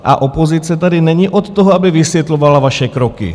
A opozice tady není od toho, aby vysvětlovala vaše kroky.